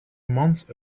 months